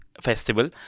festival